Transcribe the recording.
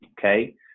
okay